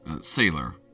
Sailor